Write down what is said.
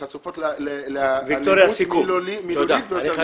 חשופות לאלימות מילולית ויותר מזה.